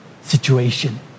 situation